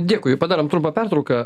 dėkui padarom trumpą pertrauką